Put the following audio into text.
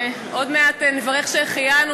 עוד מעט נברך "שהחיינו",